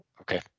Okay